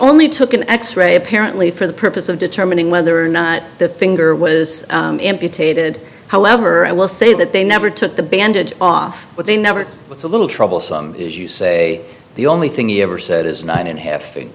only took an x ray apparently for the purpose of determining whether or not the finger was amputated however i will say that they never took the bandage off but they never was a little troublesome as you say the only thing he ever said is nine and a half f